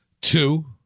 Two